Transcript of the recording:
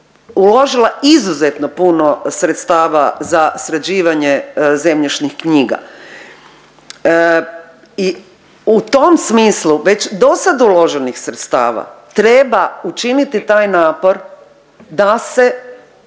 uložila izuzetno puno sredstava za sređivanje zemljišnih knjiga i u tom smislu već do sad uloženih sredstava treba učiniti taj napor da se